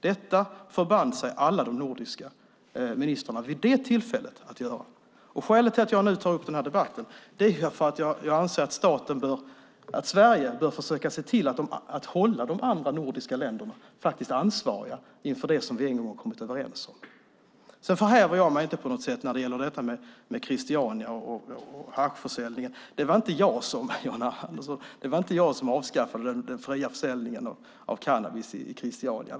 Detta förband sig alla de nordiska ministrarna vid det tillfället att göra. Skälet till att jag nu tar upp den här debatten är att jag anser att Sverige bör försöka se till att hålla de andra nordiska länderna ansvariga inför det som de en gång har kommit överens om. Jag förhäver mig inte på något sätt när det gäller Christiania och haschförsäljningen. Det var inte jag som avskaffade den fria försäljningen av cannabis i Christiania.